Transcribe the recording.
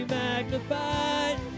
magnified